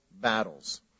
battles